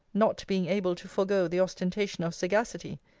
not being able to forego the ostentation of sagacity,